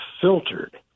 filtered